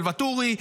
של ואטורי,